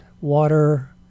water